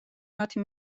მათი